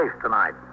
tonight